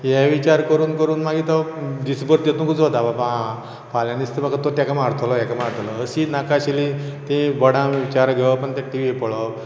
हे विचार करून करून मागीर तो दिसभर तितूंकच वता बाबा आं फाल्यां नी दिसता म्हाका तो तेका मारतलो हेका मारतलो अशीं नाका आशिल्लीं ती विचार घेवप आनी ते टीव्हीर पळोवप